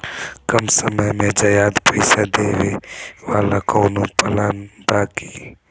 कम समय में ज्यादा पइसा देवे वाला कवनो प्लान बा की?